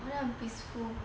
我的很 peaceful